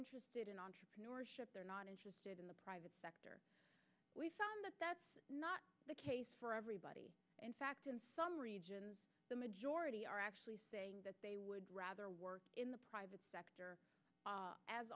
interested in entrepreneurship they're not interested in the private sector we've found that that's not the case for everybody in fact in some regions the majority are actually saying that they would rather work in the private sector a